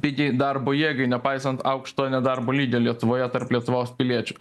pigiai darbo jėgai nepaisant aukšto nedarbo lygio lietuvoje tarp lietuvos piliečių